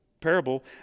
parable